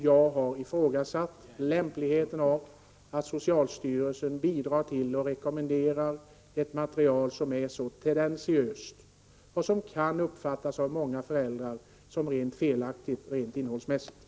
Jag har ifrågasatt lämpligheten av att socialstyrelsen bidrar till och rekommenderar ett material som är så tendentiöst och som innehållsmässigt kan uppfattas som rent felaktigt av många föräldrar.